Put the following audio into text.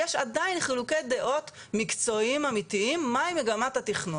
יש עדיין חילוקי דעות מקצועיים אמיתיים מהי מגמת התכנון.